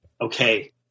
okay